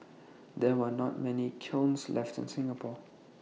there are not many kilns left in Singapore